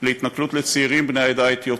להתנכלות לצעירים בני העדה האתיופית.